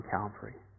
Calvary